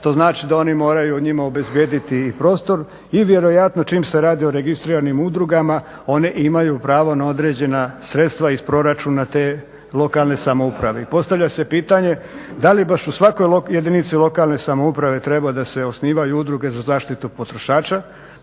To znači da oni moraju njima obezbijediti i prostor i vjerojatno čim se radi o registriranim udrugama one imaju pravo na određena sredstva iz proračuna te lokalne samouprave. I postavlja se pitanje da li baš u svakoj jedinici lokalne samouprave treba da se osnivaju udruge za zaštitu potrošača.